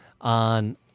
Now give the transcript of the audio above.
on